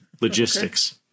Logistics